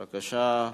בבקשה.